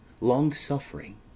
long-suffering